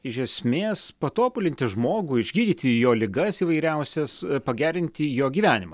iš esmės patobulinti žmogų išgydyti jo ligas įvairiausias pagerinti jo gyvenimą